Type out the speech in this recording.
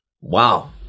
Wow